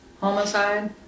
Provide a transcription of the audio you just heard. homicide